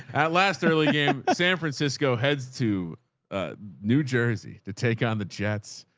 at last early game, san francisco heads to new jersey to take on the jets.